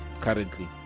currently